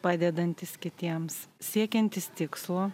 padedantis kitiems siekiantis tikslo